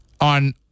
on